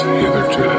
hitherto